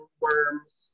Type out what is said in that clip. worms